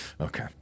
Okay